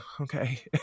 okay